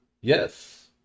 Yes